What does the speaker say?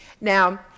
Now